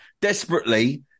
desperately